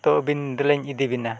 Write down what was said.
ᱛᱳ ᱟᱹᱵᱤᱱ ᱫᱮᱞᱟᱧ ᱤᱫᱤ ᱵᱮᱱᱟ